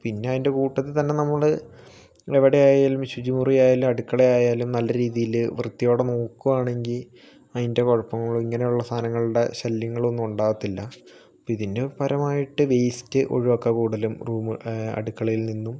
പിന്നെ അതിൻ്റെ കൂട്ടത്തിൽ തന്നെ നമ്മൾ എവിടെയായാലും ശുചിമുറിയായാലും അടുക്കളയായാലും നല്ല രീതിയിൽ വൃത്തിയോടെ നോക്കുവാണെങ്കിൽ അതിൻ്റെ കുഴപ്പങ്ങളും ഇങ്ങനെയുള്ള സാധനങ്ങളുടെ ശല്യങ്ങൾ ഒന്നും ഉണ്ടാവത്തില്ല ഇതിന്റെ പരമായിട്ട് വേസ്റ്റ് ഒഴിവാക്കുക കൂടുതലും അടുക്കളയിൽ നിന്നും